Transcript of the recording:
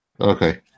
Okay